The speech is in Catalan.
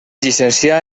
llicencià